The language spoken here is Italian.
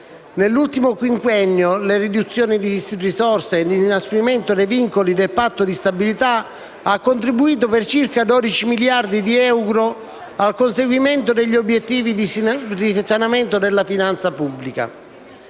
Nell'ultimo quinquennio la riduzioni di risorse e l'inasprimento dei vincoli del Patto di stabilità ha contribuito per circa 12 miliardi di euro al conseguimento degli obiettivi di risanamento della finanza pubblica.